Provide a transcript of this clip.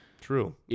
True